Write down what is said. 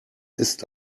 ist